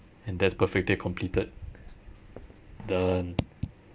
and that's perfect day completed done